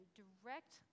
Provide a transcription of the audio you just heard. direct